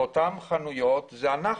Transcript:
אותן חנויות זה אנחנו,